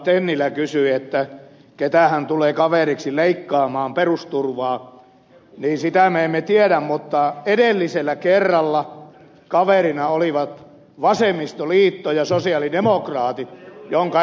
tennilä kysyi ketähän tulee kaveriksi leikkaamaan perusturvaa niin sitä me emme tiedä mutta edellisellä kerralla kaverina olivat vasemmistoliitto ja sosialidemokraatit minkä ed